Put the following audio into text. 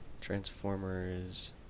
Transformers